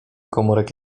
komórek